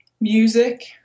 music